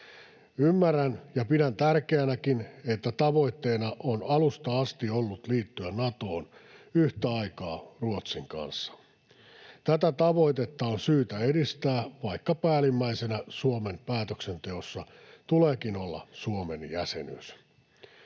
Ymmärrän ja pidän tärkeänäkin, että tavoitteena on alusta asti ollut liittyä Natoon yhtä aikaa Ruotsin kanssa. Tätä tavoitetta on syytä edistää, vaikka päällimmäisenä Suomen päätöksenteossa tuleekin olla Suomen jäsenyys.